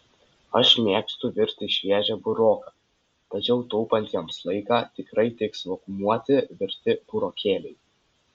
aš mėgstu virti šviežią buroką tačiau taupantiems laiką tikrai tiks vakuumuoti virti burokėliai